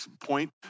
point